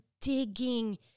digging